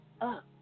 up